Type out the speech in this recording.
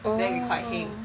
oh